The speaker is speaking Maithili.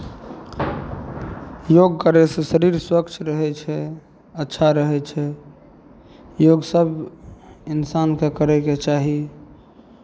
योग करयसँ शरीर स्वच्छ रहै छै अच्छा रहै छै योगसभ इंसानके करयके चाही